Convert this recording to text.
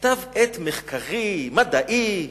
כתב-עת מחקרי, מדעי,